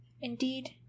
indeed